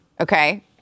Okay